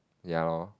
ya lor